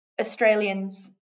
Australians